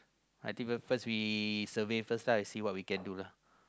I think will first we survey first lah see what I can do lah